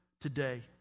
today